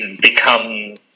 become